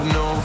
no